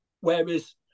Whereas